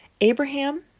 Abraham